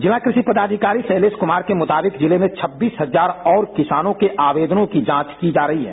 जिला कृषि पदाधिकारी शैलेश कुमार के मुताबिक जिले में छब्बीस हजार और किसानों के आवेदनों की जांच की जा रही है